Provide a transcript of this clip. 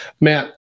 Matt